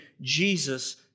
Jesus